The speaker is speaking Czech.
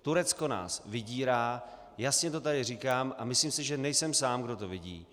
Turecko nás vydírá, jasně to tady říkám a myslím si, že nejsem sám, kdo to vidí.